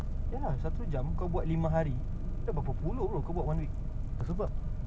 eh kepala otak ku hundred twenty ninety sia ninety dollars okay lah